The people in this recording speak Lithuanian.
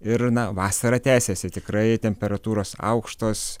ir na vasara tęsiasi tikrai temperatūros aukštos